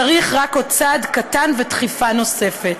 צריך רק עוד צעד קטן ודחיפה נוספת.